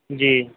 ਜੀ